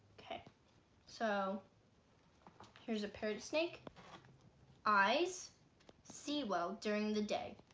okay so here's a pair of snake eyes see well during the day